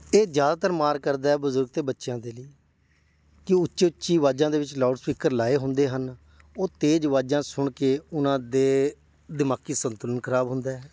ਇਹ ਜ਼ਿਆਦਾਤਰ ਮਾਰ ਕਰਦਾ ਬਜ਼ੁਰਗ ਅਤੇ ਬੱਚਿਆਂ ਦੇ ਲਈ ਕਿ ਉੱਚੀ ਉੱਚੀ ਆਵਾਜ਼ਾਂ ਦੇ ਵਿੱਚ ਲਾਊਡ ਸਪੀਕਰ ਲਗਾਏ ਹੁੰਦੇ ਹਨ ਉਹ ਤੇਜ਼ ਆਵਾਜ਼ਾਂ ਸੁਣ ਕੇ ਉਹਨਾਂ ਦੇ ਦਿਮਾਗੀ ਸੰਤੁਲਨ ਖਰਾਬ ਹੁੰਦਾ ਹੈ